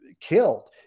killed